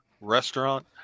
restaurant